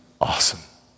awesome